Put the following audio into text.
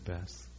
best